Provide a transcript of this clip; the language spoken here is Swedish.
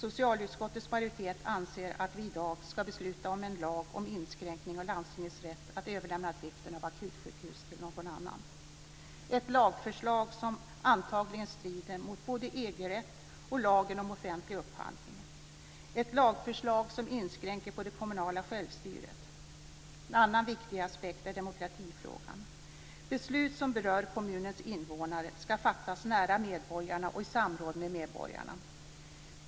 Socialutskottets majoritet anser att vi i dag ska besluta om en lag om en inskränkning av landstingens rätt att överlämna driften av akutsjukhus till någon annan. Det är ett lagförslag som antagligen strider mot både EG-rätten och lagen om offentlig upphandling. Det är ett lagförslag som inskränker det kommunala självstyret. En annan viktig aspekt är demokratifrågan. Beslut som berör kommunens invånare ska fattas nära medborgarna och i samråd med medborgarna.